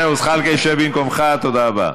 זהו, זחאלקה, שב במקומך, תודה רבה.